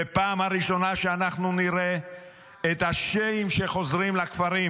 ובפעם הראשונה שאנחנו נראה את השיעים שחוזרים לכפרים